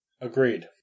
Agreed